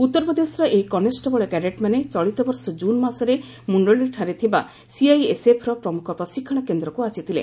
ଉଉରପ୍ରଦେଶର ଏହି କନଷେବଳ କ୍ୟାଡେଟମାନେ ଚଳିତବର୍ଷ ଜୁନ୍ ମାସରେ ମୁଖଳୀଠାରେ ଥିବା ସିଆଇଏସ୍ଏଫ୍ର ପ୍ରମୁଖ ପ୍ରଶିକ୍ଷଣ କେନ୍ଦ୍ରକୁ ଆସିଥିଲେ